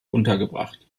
untergebracht